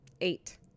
Eight